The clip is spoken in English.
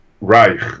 Reich